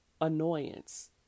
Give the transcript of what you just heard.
annoyance